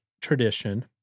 tradition